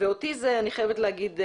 אותי זה הפתיע, אני חייבת להגיד.